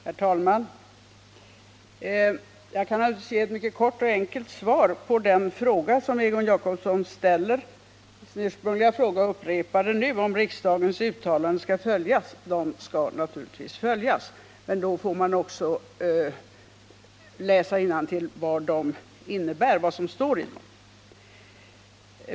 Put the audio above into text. Herr talman! Jag kan naturligtvis ge ett mycket kort och enkelt svar på den fråga som Egon Jacobsson ställer. Jag upprepar att den ursprungliga frågan var om riksdagens uttalanden skall följas. De skall naturligtvis följas, men då får man också läsa innantill vad som står i dem och vad de innebär.